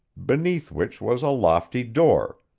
beneath which was a lofty door,